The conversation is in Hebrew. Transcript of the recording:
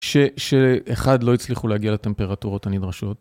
שאחד לא הצליחו להגיע לטמפרטורות הנדרשות.